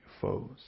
foes